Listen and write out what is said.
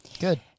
Good